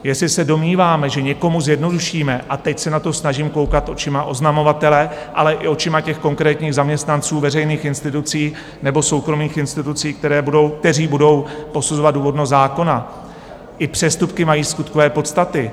Jestli se domníváme, že někomu zjednodušíme, a teď se na to snažím koukat očima oznamovatele, ale i očima konkrétních zaměstnanců veřejných institucí nebo soukromých institucí, kteří budou posuzovat důvodnost zákona, i přestupky mají skutkové podstaty.